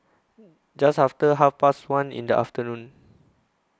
Just after Half Past one in The afternoon